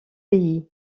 pays